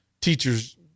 teachers